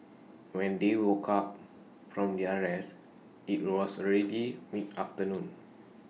when they woke up from their rest IT was already mid afternoon